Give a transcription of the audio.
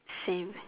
same